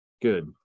good